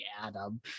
Adam